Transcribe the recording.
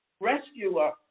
rescuer